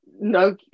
no